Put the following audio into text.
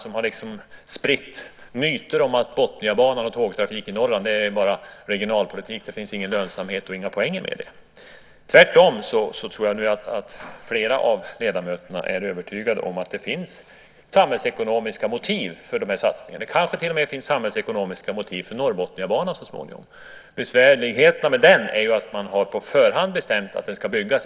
De har spritt myter om att Botniabanan och tågtrafik i Norrland bara är regionalpolitik och att det inte finns någon lönsamhet och inte några poäng i detta. Jag tror att flera av ledamöterna nu är övertygade om att det tvärtom finns samhällsekonomiska motiv för de här satsningarna. Det kanske till och med finns samhällsekonomiska motiv för Norrbotniabanan så småningom. Besvärligheterna med den är ju att man innan allt underlag finns framme har bestämt att den ska byggas.